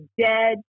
dead